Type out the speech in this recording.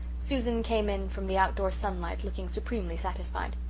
susan came in from the outdoor sunlight looking supremely satisfied.